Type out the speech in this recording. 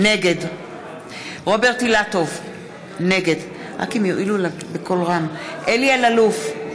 נגד רוברט אילטוב, נגד אלי אלאלוף,